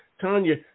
tanya